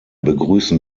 begrüßen